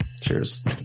Cheers